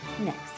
next